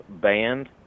band